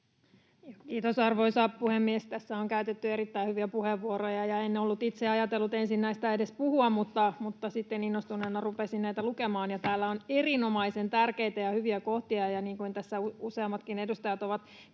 Kiitos, arvoisa puhemies! Tässä on käytetty erittäin hyviä puheenvuoroja, ja en ollut itse ajatellut ensin näistä edes puhua, mutta sitten innostuneena rupesin näitä lukemaan. Täällä on erinomaisen tärkeitä ja hyviä kohtia, ja niin kuin tässä useammatkin edustajat ovat